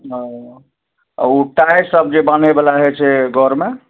ओ टाइ सब जे बान्है बला होइ छै घरमे